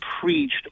preached